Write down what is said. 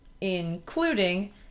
including